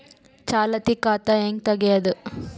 ಚಾಲತಿ ಖಾತಾ ಹೆಂಗ್ ತಗೆಯದು?